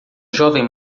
jovem